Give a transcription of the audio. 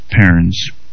parents